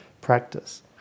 practice